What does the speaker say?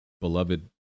beloved